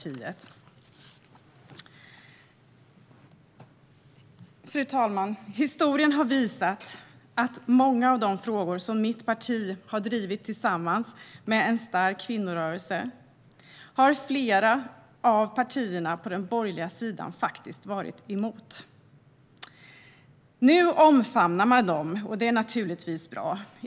Fru talman! Historien har visat att många av de frågor som mitt parti har drivit tillsammans med en stark kvinnorörelse har flera partier på den borgerliga sidan faktiskt varit emot. Nu omfamnar man dessa frågor, och det är naturligtvis bra.